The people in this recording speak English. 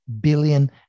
billion